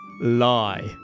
lie